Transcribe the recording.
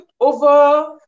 over